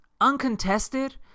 uncontested